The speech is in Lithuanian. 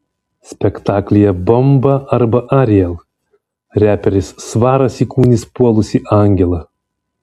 spektaklyje bomba arba ariel reperis svaras įkūnys puolusį angelą